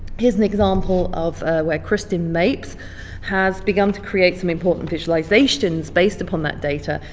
here's an example of where kristen mapes has begun to create some important visualizations based upon that data,